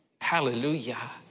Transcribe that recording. Hallelujah